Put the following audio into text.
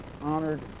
honored